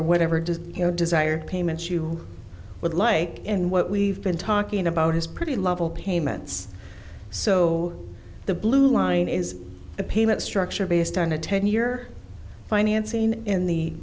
or whatever does you no desire payments you would like in what we've been talking about is pretty level payments so the blue line is a payment structure based on a ten year financing in the